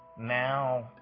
now